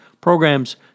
Programs